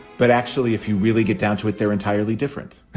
but actually, if you really get down to it, they're entirely different.